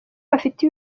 bafite